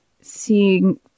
seeing